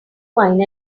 wine